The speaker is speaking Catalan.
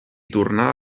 tornà